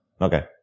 okay